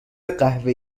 قهوه